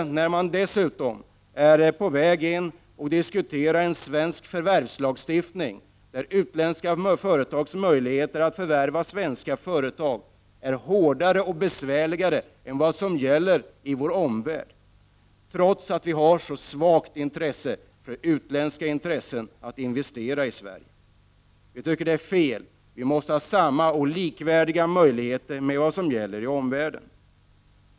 Det är så mycket mer oroande som man nu diskuterar en svensk förvärvslagstiftning som gör att utländska företags möjligheter att förvärva svenska företag blir mindre än vad som gäller i vår omvärld, trots vårt intresse av att utländska företag investerar i Sverige. Vi anser att detta är fel. Det bör finnas samma möjligheter i Sverige som i omvärlden.